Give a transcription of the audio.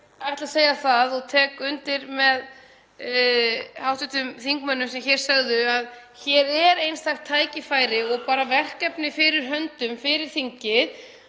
ég ætla að segja það, og tek undir með hv. þingmönnum sem það sögðu, að hér er einstakt tækifæri og bara verkefni fyrir höndum fyrir þingið